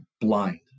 blind